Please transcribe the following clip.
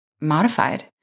modified